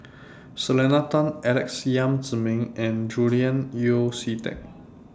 Selena Tan Alex Yam Ziming and Julian Yeo See Teck